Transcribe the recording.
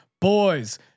Boys